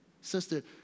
Sister